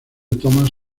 thomas